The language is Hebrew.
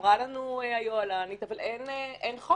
אמרה לנו היוהל"נית, אבל אין חוק,